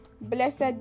blessed